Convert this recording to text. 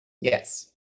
Yes